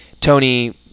Tony